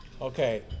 Okay